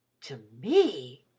to me!